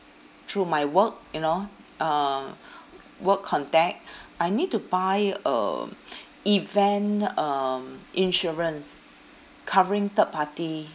through my work you know uh work contact I need to buy um event um insurance covering third party